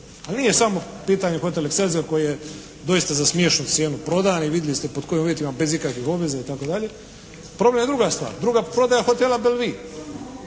Ali nije samo pitanje hotel "Excelsior" koji je doista za smiješnu cijenu prodan i vidjeli ste pod kojim uvjetima bez ikakvih obaveza itd. Problem je druga stvar. Prodaja hotela "Belevue".